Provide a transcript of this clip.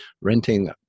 renting